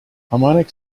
harmonic